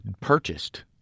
purchased